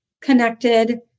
connected